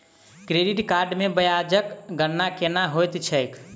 credit card मे ब्याजक गणना केना होइत छैक